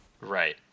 right